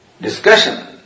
discussion